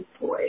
boy